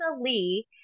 Lee